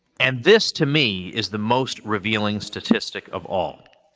and this to me is the most revealing statistic of all